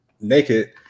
naked